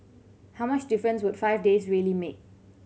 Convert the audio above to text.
how much difference would five days really make